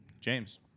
James